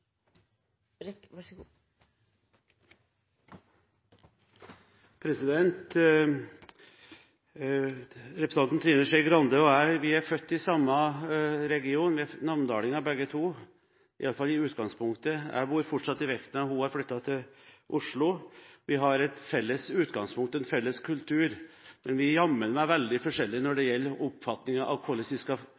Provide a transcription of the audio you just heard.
født i samme region, vi er namdalinger begge to, i hvert fall i utgangspunktet. Jeg bor fortsatt i Vikna, hun har flyttet til Oslo. Vi har et felles utgangspunkt, en felles kultur, men vi er jammen meg veldig forskjellige når det gjelder oppfatningen av hvordan vi skal